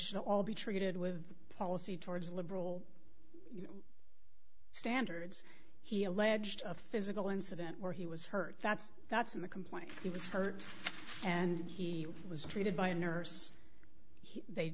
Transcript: should all be treated with policy towards liberal standards he alleged physical incident where he was hurt that's that's in the complaint he was hurt and he was treated by a nurse he